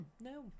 no